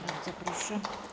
Bardzo proszę.